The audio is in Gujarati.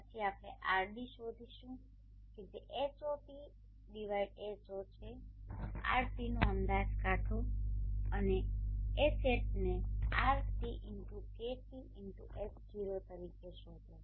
પછી આપણે RD શોધીશુ કે જે HotH0 છે RTનો અંદાજ કાઢો અને Hatને RTKTH0 તરીકે શોધો